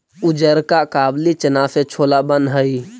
उजरका काबली चना से छोला बन हई